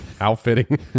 Outfitting